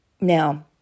Now